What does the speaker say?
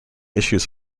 issues